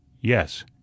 Yes